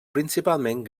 principalment